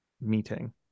meeting